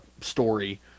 story